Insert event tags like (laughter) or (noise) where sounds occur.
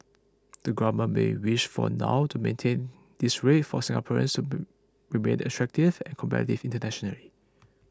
the government may wish for now to maintain this rate for Singaporeans to (unintelligible) remain attractive and competitive internationally